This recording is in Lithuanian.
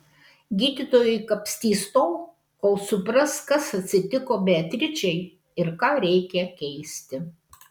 gydytojai kapstys tol kol supras kas atsitiko beatričei ir ką reikia keisti